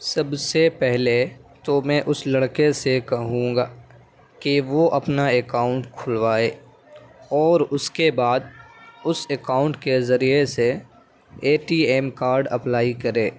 سب سے پہلے تو میں اس لڑکے سے کہوں گا کہ وہ اپنا اکاؤنٹ کھلوائے اور اس کے بعد اس اکاؤنٹ کے ذریعے سے A T M card apply کرے